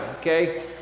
Okay